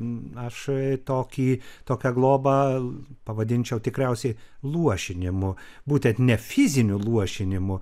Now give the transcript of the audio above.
aš tokį tokią globą pavadinčiau tikriausiai luošinimu būtent ne fiziniu luošinimu